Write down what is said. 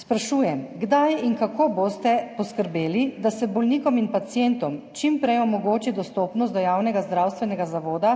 Sprašujem: Kdaj in kako boste poskrbeli, da se bolnikom in pacientom čim prej omogoči dostopnost do javnega zdravstvenega zavoda